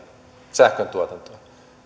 sähköntuotantoa